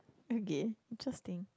okay just think